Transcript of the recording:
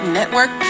Network